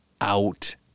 out